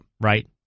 Right